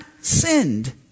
sinned